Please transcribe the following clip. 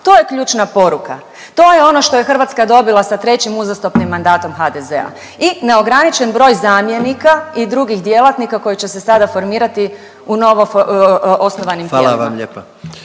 To je ključna poruka. To je ono što je Hrvatska dobila sa trećim uzastopnim mandatom HDZ-a i neograničen broj zamjenika i drugih djelatnika koji će se sada formirati u novoosnovanim tijelima. **Jandroković,